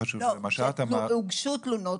הוגשו תלונות.